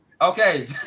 okay